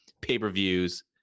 pay-per-views